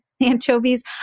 anchovies